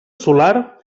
solar